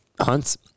hunts